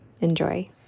Enjoy